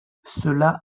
cela